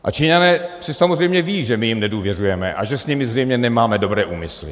A Číňané samozřejmě vědí, že my jim nedůvěřujeme a že s nimi zřejmě nemáme dobré úmysly.